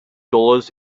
dollars